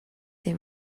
they